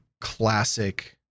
classic